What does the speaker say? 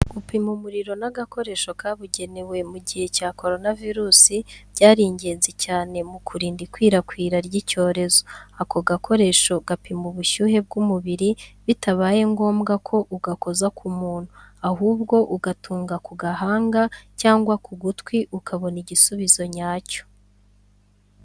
Gupima umuriro n’agakoresho kabugenewe mu gihe cya korona virusi byari ingenzi cyane mu kurinda ikwirakwira ry’icyorezo. Ako gakoresho gapima ubushyuhe bw'umubiri bitabaye ngombwa ko ugakoza ku muntu, ahubwo ugatunga ku gahanga cyangwa ku gutwi ukabona igisubizo nyacyo.